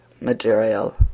material